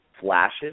flashes